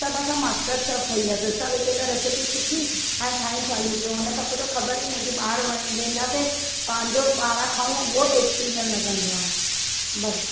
सभु असां master chef ठही वियासीं सभु हिकु हिकु रेस्पी सिखी ऐं ठाहिण चालू कयो हुन खां पोइ त ख़बर ई न की ॿाहिरि वेंदासीं पंहिंजो ॿाहिरां खाऊं उहो टेस्टी न लॻंदो आहे बसि